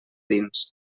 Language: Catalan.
dins